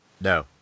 no